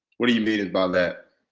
what do you mean by that?